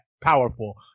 powerful